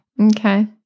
Okay